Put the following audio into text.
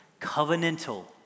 covenantal